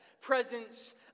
presence